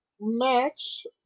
match